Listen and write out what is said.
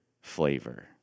flavor